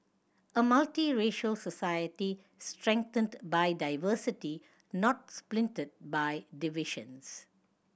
a multiracial society strengthened by diversity not splintered by divisions